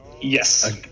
Yes